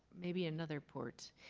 maybe another port.